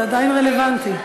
זה עדיין רלוונטי.